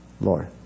Lord